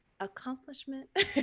accomplishment